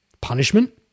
Punishment